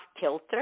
kilter